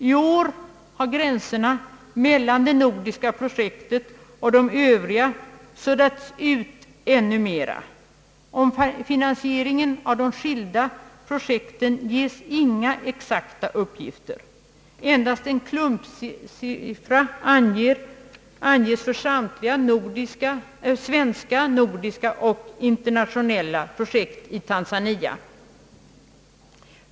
I år har gränserna mellan det nordiska projektet och de övriga suddats ut ännu mera. Om finansieringen av de skilda projekten ges inga exakta uppgifter. Endast en klumpsumma anges för samtliga svenska, nordiska och internationella projekt i Tanzania.